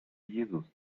jesus